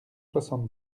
soixante